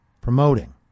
promoting